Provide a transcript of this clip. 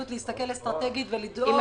להסתכל אסטרטגית ולדאוג לצרכים המתבקשים.